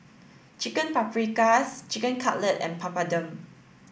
Chicken Paprikas Chicken Cutlet and Papadum